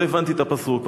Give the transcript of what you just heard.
לא הבנתי את הפסוק.